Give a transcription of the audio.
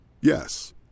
Yes